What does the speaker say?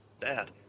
dad